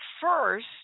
first